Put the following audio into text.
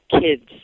kids